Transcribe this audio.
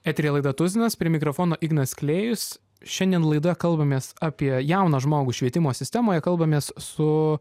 eteryje laidą tuzinas prie mikrofono ignas klėjus šiandien laidoje kalbamės apie jauną žmogų švietimo sistemoje kalbamės su